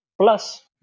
plus